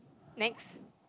next